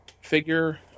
figure